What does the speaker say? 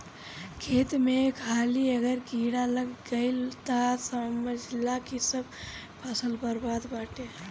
खेत में एक हाली अगर कीड़ा लाग गईल तअ समझअ की सब फसल बरबादे बाटे